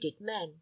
men